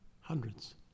hundreds